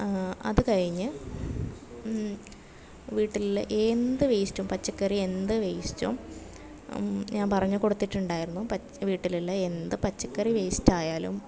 അത് കഴിഞ്ഞ് വീട്ടിലുള്ള എന്ത് വേസ്റ്റും പച്ചക്കറി എന്ത് വേസ്റ്റും ഞാൻ പറഞ്ഞു കൊടുത്തിട്ടുണ്ടായിരുന്നു വീട്ടിലുള്ള എന്ത് പച്ചക്കറി വേസ്റ്റ് ആയാലും